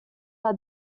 are